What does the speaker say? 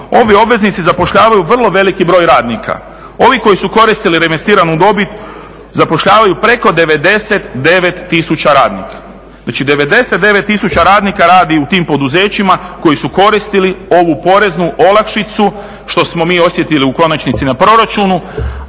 ovi obveznici zapošljavaju vrlo veliki broj radnika. Ovi koji su koristili reinvestiranu dobit zapošljavaju preko 99 000 radnika, znači 99 000 radnika radi u tim poduzećima koji su koristili ovu poreznu olakšicu što smo mi osjetili u konačnici na proračun,